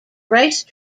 race